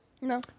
No